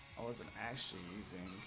wasn't actually using